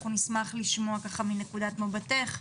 אנחנו נשמח לשמוע מנקודת מבטך.